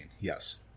Yes